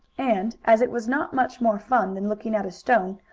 and, as it was not much more fan than looking at a stone,